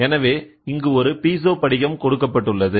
எனவே இங்கு ஒரு பீசோ படிகம் கொடுக்கப்பட்டுள்ளது